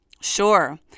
sure